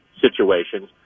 situations